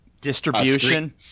Distribution